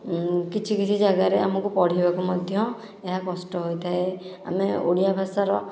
କିଛି କିଛି ଜାଗାରେ ଆମକୁ ପଢ଼ିବାକୁ ମଧ୍ୟ ଏହା କଷ୍ଟ ହୋଇଥାଏ ଆମେ ଓଡ଼ିଆ ଭାଷାର